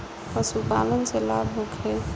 पशु पालन से लाभ होखे?